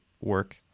work